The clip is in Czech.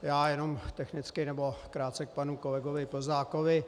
Já jenom technicky nebo krátce k panu kolegovi Plzákovi.